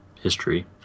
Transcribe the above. history